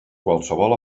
qualsevol